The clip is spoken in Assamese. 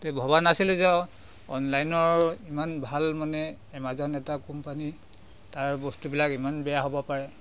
ত' ভবা নাছিলোঁ যে অ অনলাইনৰ ইমান ভাল মানে এমাজন এটা কোম্পানী তাৰ বস্তুবিলাক ইমান বেয়া হ'ব পাৰে